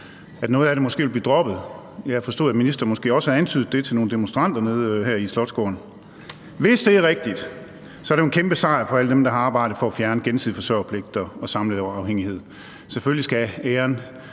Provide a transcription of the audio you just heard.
at noget af det måske vil blive droppet. Jeg forstod, at ministeren måske også har antydet det til nogle demonstranter hernede i Rigsdagsgården. Hvis det er rigtigt, er det jo en kæmpe sejr for alle dem, der har arbejdet for at fjerne den gensidige forsørgerpligt og samleverafhængighed, og selvfølgelig skal æren